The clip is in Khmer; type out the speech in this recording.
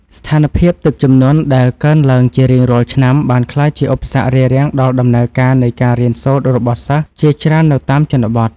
ស្ថានភាពទឹកជំនន់ដែលកើនឡើងជារៀងរាល់ឆ្នាំ បានក្លាយជាឧបសគ្គរាំងស្ទះដល់ដំណើរការនៃការរៀនសូត្ររបស់សិស្សជាច្រើននៅតាមជនបទ។